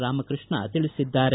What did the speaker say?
ರಾಮಕೃಷ್ಣ ತಿಳಿಸಿದ್ದಾರೆ